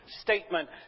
statement